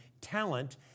talent